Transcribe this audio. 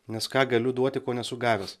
nes ką galiu duoti ko nesu gavęs